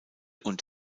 und